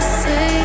say